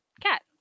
Cat